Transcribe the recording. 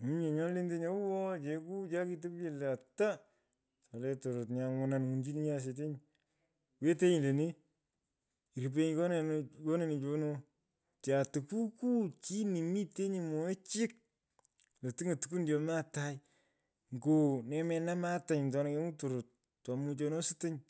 mominye nyo lentenyi awa cheku cha kitopyo lo. ata atoleyee tororot nya ngwonan. ngwanichininyi asetenyi. wetenyi lonee. rupenyi konenichono. Tyaa tukukuu chini mitenyi mwoghee chik. lo otung’on tukwun chomi atai nyo nemenamata nyo atona kenywun tororot to muchono sutonyi.